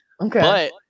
Okay